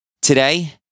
Today